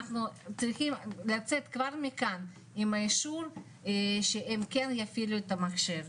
אנחנו צריכים לצאת כבר מכאן עם האישור שהם כן יפעילו את המחשב,